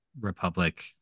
republic